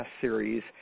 series